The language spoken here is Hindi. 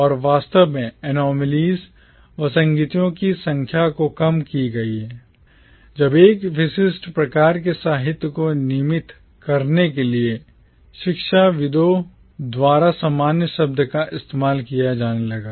और वास्तव मेंanomalies विसंगतियों की संख्या कम हो गई जब एक विशिष्ट प्रकार के साहित्य को नामित करने के लिए शिक्षाविदों द्वारा सामान्य शब्द का इस्तेमाल किया जाने लगा